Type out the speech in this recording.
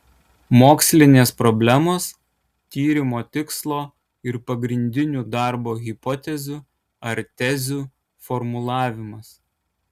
mokslinės problemos tyrimo tikslo ir pagrindinių darbo hipotezių ar tezių formulavimas